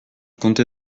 comté